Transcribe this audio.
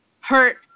hurt